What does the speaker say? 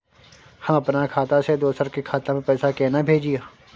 हम अपन खाता से दोसर के खाता में पैसा केना भेजिए?